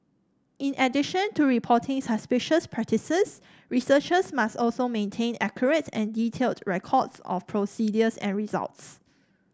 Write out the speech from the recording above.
in addition to reporting suspicious practices researchers must also maintain accurate and detailed records of procedures and results